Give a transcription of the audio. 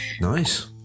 nice